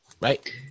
right